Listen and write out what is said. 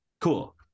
Cool